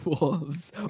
wolves